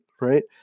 right